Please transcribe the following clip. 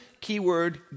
keyword